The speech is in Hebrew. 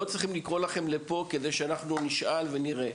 לא צריכים לקרוא לכם לפה כדי שאנחנו נשאל ונראה.